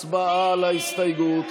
הצבעה על ההסתייגות.